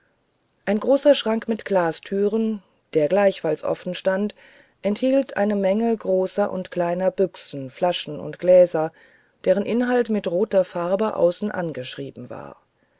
ein großer schrank mit glastüren der gleichfalls offenstand enthielt eine menge großer und kleiner büchsen flaschen und gläser deren inhalt mit roter farbe außen angeschrieben war